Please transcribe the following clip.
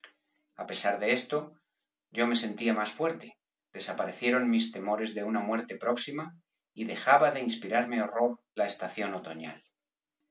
a pesar de esto yo me sentía más fuerte desaparecieron mis temores de una muerte próxima y dejaba de inspirarme horror la estación otoñal